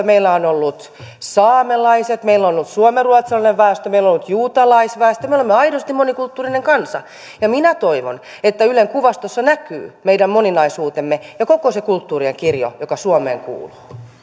meillä on ollut saamelaiset meillä on ollut suomenruotsalainen väestö meillä on ollut juutalaisväestö me olemme aidosti monikulttuurinen kansa ja minä toivon että ylen kuvastossa näkyy meidän moninaisuutemme ja koko se kulttuurien kirjo joka suomeen kuuluu